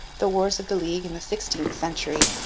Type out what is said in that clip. the wars of the league in the sixteenth century,